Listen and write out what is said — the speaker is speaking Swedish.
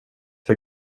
för